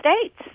States